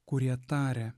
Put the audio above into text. kurie taria